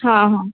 हां हां